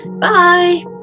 Bye